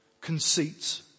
conceit